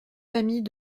familles